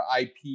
IP